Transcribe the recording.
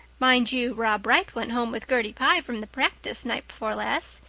mind you, rob wright went home with gertie pye from the practice night before last.